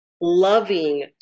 Loving